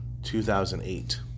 2008